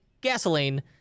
gasoline